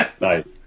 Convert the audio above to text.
Nice